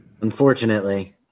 Unfortunately